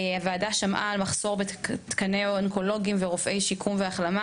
7. הוועדה שמעה על המחסור בתקנים לאונקולוגים ולרופאי שיקום והחלמה,